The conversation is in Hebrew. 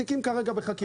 התיקים בחקירה כרגע.